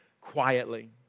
quietly